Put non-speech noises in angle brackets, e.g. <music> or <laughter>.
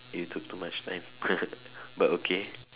you took too much time <laughs> but okay